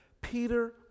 Peter